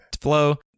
flow